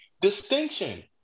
Distinction